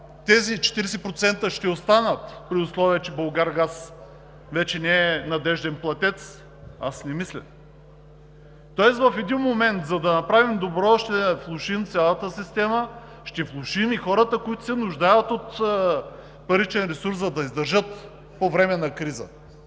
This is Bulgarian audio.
тези 40% ще останат, при условие че „Булгаргаз“ вече не е надежден платец? Аз не мисля. Тоест в един момент, за да направим добро, ще влошим цялата система, ще влошим и хората, които се нуждаят от паричен ресурс, за да издържат по време на криза.